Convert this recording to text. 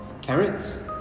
carrots